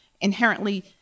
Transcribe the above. inherently